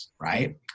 right